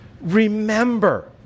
Remember